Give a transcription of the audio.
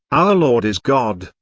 our lord is god,